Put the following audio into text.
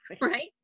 Right